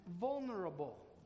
vulnerable